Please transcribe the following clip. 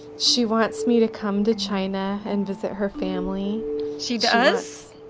she wants me to come to china and visit her family she does?